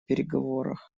переговорах